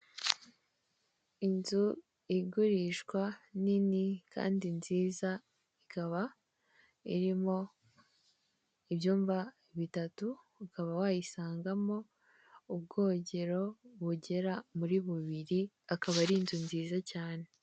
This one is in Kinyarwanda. Inzu igurishwa nini kandi nziza ikaba irimo ibyumba bitatu ukaba wayisangamo ubwogero bugera muri bubiri, akaba ari inzu nziza cyane.